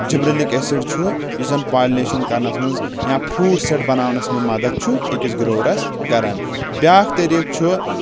gibberellic acid چھُ یُس زَن پالِنیشن کرنَس منٛز یا فروٗٹ سیٚٹ بناونس منٛز مدد چھُ أکِس گرورَس کران بیٛاکھ طٔریٖقہٕ چھُ